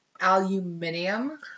aluminium